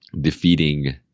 defeating